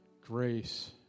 grace